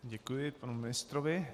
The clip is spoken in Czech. Děkuji panu ministrovi.